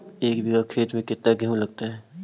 एक बिघा खेत में केतना गेहूं लगतै?